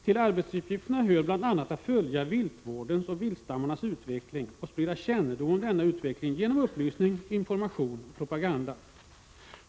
”Till arbetsuppgifterna hör bl.a. att följa viltvårdens och viltstammarnas utveckling och sprida kännedom om denna utveckling genom upplysning, information och propaganda.